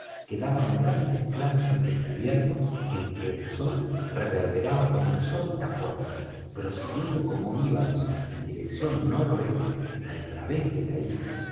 mimosas quedaban grandes claros al descubierto en que el sol reverberaba con insólita fuerza prosiguiendo como íbamos en dirección noroeste al través de la isla